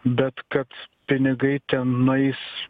bet kad pinigai ten nueis